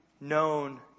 known